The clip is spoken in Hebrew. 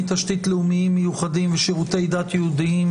תשתית לאומיים מיוחדים ושירותי דת יהודיים,